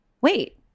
wait